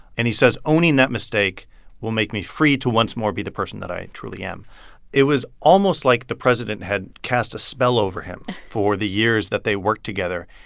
and he says, owning that mistake will make me free to once more be the person that i truly am it was almost like the president had cast a spell over him for the years that they worked together,